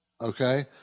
Okay